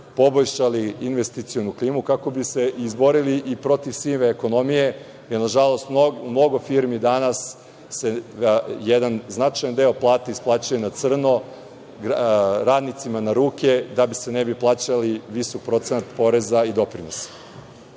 poboljšali investicionu klimu, kako bi se izborili i protiv sive ekonomije, jer mnogo firmi danas značajan deo plate isplaćuje na crno, radnicima na ruke da se ne bi plaćao visok procenat poreza i doprinosa.